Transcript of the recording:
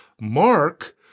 Mark